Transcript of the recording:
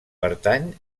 pertany